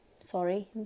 sorry